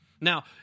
Now